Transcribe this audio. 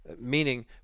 meaning